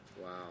Wow